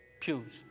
pews